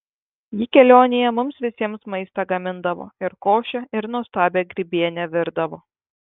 ji kelionėje mums visiems maistą gamindavo ir košę ir nuostabią grybienę virdavo